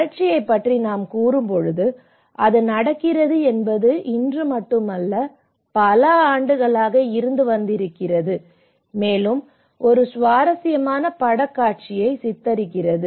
வறட்சியைப் பற்றி நாம் கூறும்போது அது நடக்கிறது என்பது இன்று மட்டுமல்ல அது பல ஆண்டுகளாக இருந்து வருகிறது மேலும் ஒரு சுவாரஸ்யமான படம் காட்சியை சித்தரிக்கிறது